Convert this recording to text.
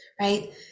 right